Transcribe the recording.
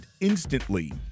instantly